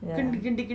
yeah